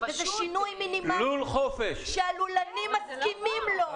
וזה שינוי מינימלי שהלולנים מסכימים לו.